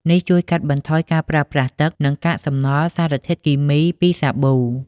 នេះជួយកាត់បន្ថយការប្រើប្រាស់ទឹក និងកាកសំណល់សារធាតុគីមីពីសាប៊ូ។